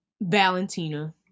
Valentina